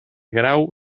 grau